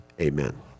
Amen